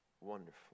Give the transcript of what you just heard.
wonderful